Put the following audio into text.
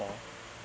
for